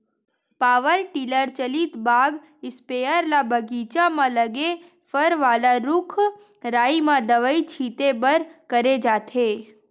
power tiller चलित बाग spare ल बगीचा म लगे फर वाला रूख राई म दवई छिते बर करे जाथे